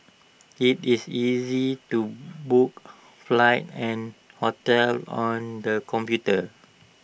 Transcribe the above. IT is easy to book flights and hotels on the computer